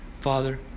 Father